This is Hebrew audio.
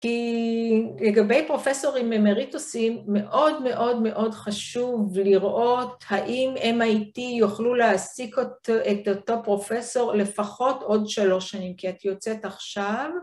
‫כי לגבי פרופסורים אמריטוסיים, ‫מאוד מאוד מאוד חשוב לראות ‫האם MIT יוכלו להעסיק את אותו פרופסור ‫לפחות עוד שלוש שנים, כי את יוצאת עכשיו.